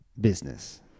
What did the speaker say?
business